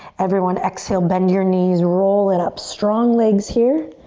everyone, exhale, bend your knees, roll it up. strong legs here.